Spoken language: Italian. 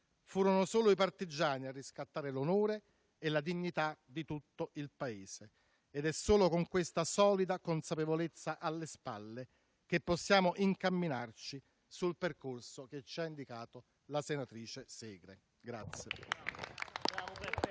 Furono solo i partigiani a riscattare l'onore e la dignità di tutto il Paese. Ed è solo con questa solida consapevolezza alle spalle che possiamo incamminarci sul percorso che ci ha indicato la senatrice Segre.